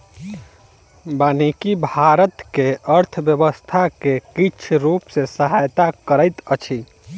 वानिकी भारत के अर्थव्यवस्था के किछ रूप सॅ सहायता करैत अछि